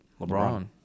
LeBron